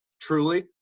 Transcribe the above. Truly